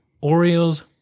Orioles